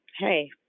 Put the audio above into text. Hey